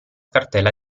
cartella